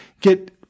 get